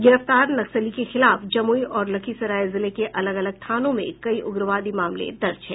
गिरफ्तार नक्सली के खिलाफ जमुई और लखीसराय जिले के अलग अलग थानों में कई उग्रवादी मामले दर्ज हैं